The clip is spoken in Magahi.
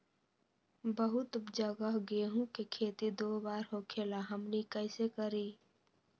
बहुत जगह गेंहू के खेती दो बार होखेला हमनी कैसे करी?